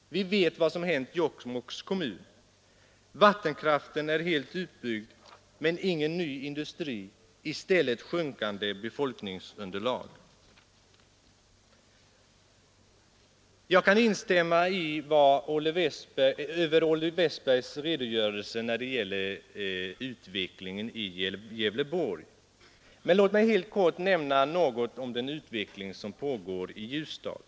Vi vet vad som hänt Jokkmokks kommun. Vattenkraften är helt utbyggd, men ingen ny industri har tillkommit, utan i stället har man ett ständigt sjunkande Jag kan instämma i Olle Westbergs redogörelse när det gäller utvecklingen i Gävleborgs län. Men låt mig helt kort nämna något om den utveckling som pågår i Ljusdal.